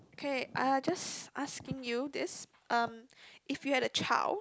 okay uh just asking you this um if you had a child